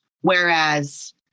Whereas